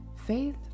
Faith